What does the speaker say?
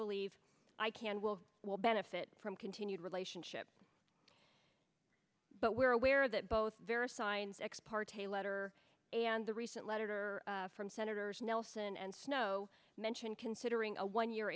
believe i can will will benefit from continued relationship but we're aware that both very science ex parte letter and the recent letter from senators nelson and snowe mentioned considering a one year